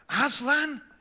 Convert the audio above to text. Aslan